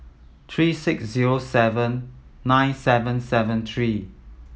three six zero seven nine seven seven three